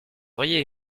auriez